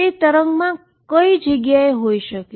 તે વેવમાં કઈ જગ્યાએ હોઈ શકે